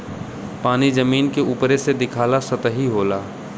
पानी जमीन के उपरे से दिखाला सतही होला